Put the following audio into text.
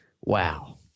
wow